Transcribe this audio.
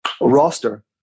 roster